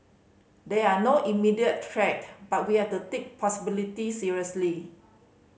there are no immediate threat but we have to take possibility seriously